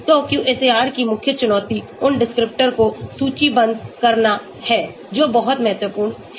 तो QSAR की मुख्य चुनौती उन डिस्क्रिप्टर को सूचीबद्ध करना है जो बहुत महत्वपूर्ण है